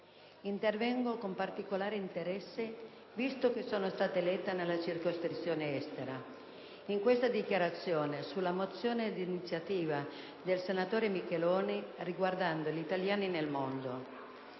intervengo con particolare interesse, visto che sono stata eletta nella Circoscrizione estero, in questa discussione sulla mozione d'iniziativa del senatore Micheloni, riguardante gli italiani nel mondo.